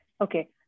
Okay